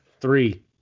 Three